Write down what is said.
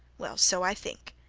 well, so i think.